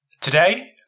today